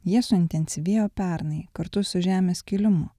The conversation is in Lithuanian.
jie suintensyvėjo pernai kartu su žemės kilimu